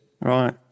Right